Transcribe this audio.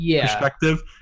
perspective